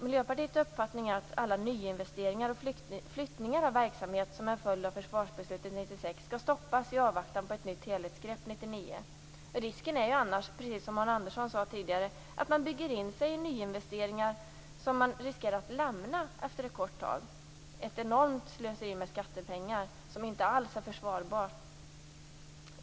Miljöpartiets uppfattning är att alla nyinvesteringar och flyttningar av verksamhet som är en följd av Försvarsbeslut 96 skall stoppas i avvaktan på ett nytt helhetsgrepp 1999. Risken är annars, precis som Arne Andersson sade tidigare, att man bygger in sig i nyinvesteringar som man riskerar att lämna efter ett kort tag. Det är ett enormt slöseri med skattepengar, som inte alls är försvarbart.